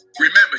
Remember